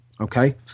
okay